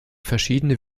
verschiedene